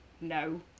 no